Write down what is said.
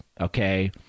Okay